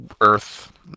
earth